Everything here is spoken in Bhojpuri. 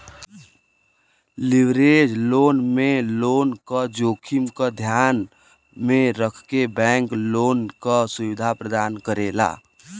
लिवरेज लोन में लोन क जोखिम क ध्यान में रखके बैंक लोन क सुविधा प्रदान करेला